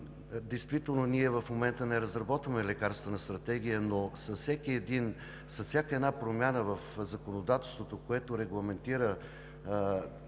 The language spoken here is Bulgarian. действително в момента не разработваме лекарствена стратегия, но с всяка една промяна в законодателството, която регламентира